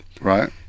right